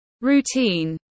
routine